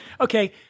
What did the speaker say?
okay